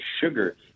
sugar